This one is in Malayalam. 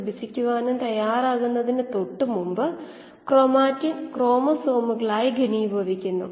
ഒരു കീമോസ്റ്റാറ്റിന്റെ പ്രവർത്തനത്തിന്റെ സ്ഥിരമായ അവസ്ഥയിൽ അത് സംഭവിക്കും